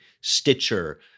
Stitcher